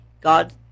God